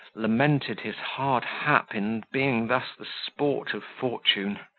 lamented his hard hap in being thus the sport of fortune.